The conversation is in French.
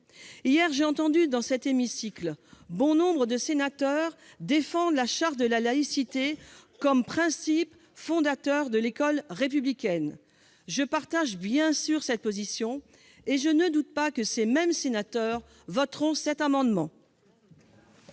j'ai entendu bon nombre de sénateurs défendre la charte de la laïcité comme fondement de l'école républicaine. Je partage bien sûr cette position et je ne doute pas que ces mêmes sénateurs voteront cet amendement.